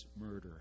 murder